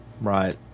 right